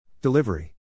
Delivery